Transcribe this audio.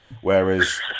Whereas